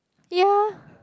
ya